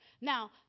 Now